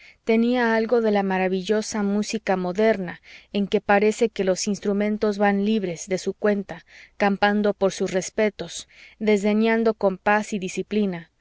tenía algo de la maravillosa música moderna en que parece que los instrumentos van libres de su cuenta campando por sus respetos desdeñando compás y disciplina